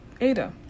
Ada